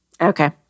Okay